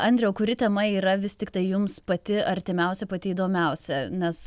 andriau kuri tema yra vis tiktai jums pati artimiausia pati įdomiausia nes